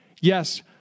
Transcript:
Yes